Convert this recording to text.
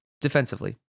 defensively